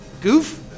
goof